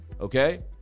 okay